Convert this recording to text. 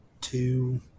two